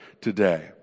today